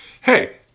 hey